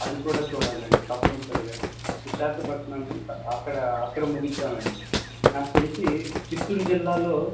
అది కూడా చూడాలి అండి తప్పనిసరిగా విశాఖపట్నం నుంచి అక్కడ అక్కడ ముగిద్దాం అండి నాకు తెలిసీ చిత్తూరు జిల్లాలో